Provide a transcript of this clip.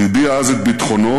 הוא הביע אז את ביטחונו,